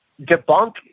debunk